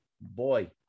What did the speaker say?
boy